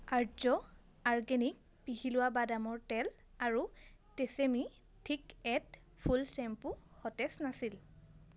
আৰ্য organic পিহি লোৱা বাদামৰ তেল আৰু Tresemme thick and full shampoo সতেজ নাছিল